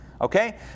okay